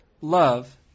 love